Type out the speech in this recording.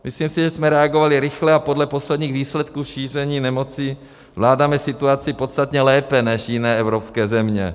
Myslím si, že jsme reagovali rychle a podle posledních výsledků šíření nemoci zvládáme situaci podstatně lépe než jiné evropské země.